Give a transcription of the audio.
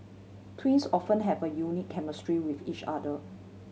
twins often have a unique chemistry with each other